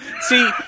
See